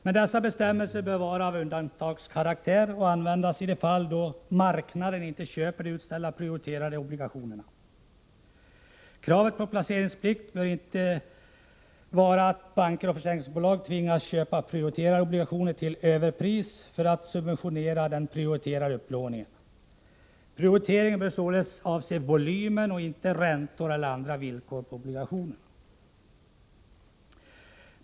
Men dessa bestämmelser bör vara av undantagskaraktär och användas i de fall då marknaden inte köper de utställda prioriterade obligationerna. Kravet på placeringsplikt bör inte innebära att banker och försäkringsbolag tvingas köpa prioriterade obligationer till överpris för att subventionera den prioriterade upplåningen. Prioriteringen bör således avse volymen och inte räntor eller andra villkor på obligationerna.